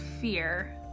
fear